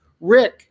Rick